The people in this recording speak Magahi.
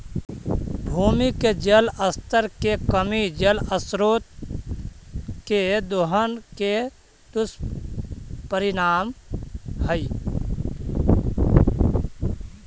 भूमि के जल स्तर के कमी जल स्रोत के दोहन के दुष्परिणाम हई